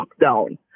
lockdown